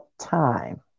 time